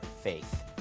faith